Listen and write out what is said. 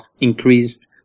increased